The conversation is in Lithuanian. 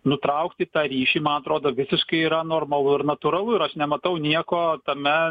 nutraukti tą ryšį man atrodo visiškai yra normalu ir natūralu ir aš nematau nieko tame